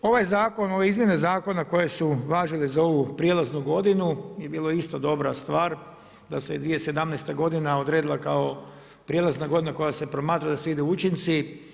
Ovaj zakon, ove izmjene zakona koje su važile za ovu prijelaznu godinu je bila isto dobra stvar da se 2017. godina odredila kao prijelazna godina koja se promatra da slijede učinci.